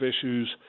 issues